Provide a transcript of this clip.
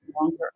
longer